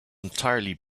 entirely